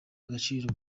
agaciro